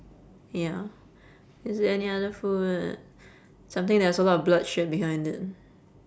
ya is there any other food something that has a lot of blood shed behind it